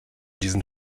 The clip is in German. diesen